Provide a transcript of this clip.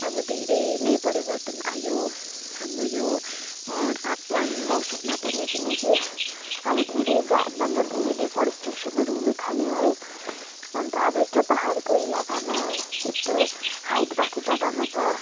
अब धेरै नै परिवर्तन आयो हाम्रो यो तापमान मौसममा पनि किनकि अब धेरै भन्दा धेरै डिफरेन्ट्रेसनहरू हुनु थाल्यो है अन्त अब यत्रो पहाडको इलाकामा यत्रो हाइट भएको जग्गामा त